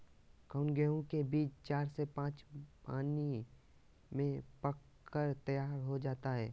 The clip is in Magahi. कौन गेंहू के बीज चार से पाँच पानी में पक कर तैयार हो जा हाय?